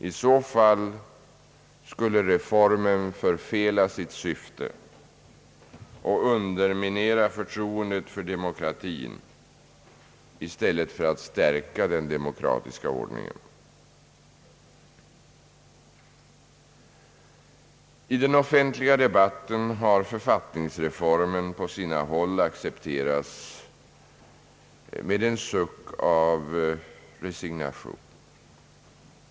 I så fall skulle reformen förfela sitt syfte och underminera förtroendet för demokratin i stället för att stärka den demokratiska ordningen. I den offentliga debatten har författningsreformen på sina håll accepterats med en suck av resignation.